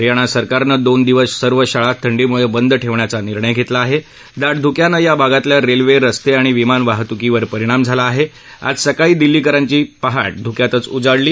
हेरियाणा सरकारनं दोन दिवस सर्व शाळा थंडीमुळबिद ठर्पियाचा निर्णय घरलि आहा डोट धुक्यानं या भागातल्या रस्त्रितिस्त्रिति विमान वाहतुकीवर परिणाम झाला आहा आज सकाळी दिल्लीकरांची सकाळ दाट धुक्यातच उजाडली